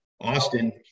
Austin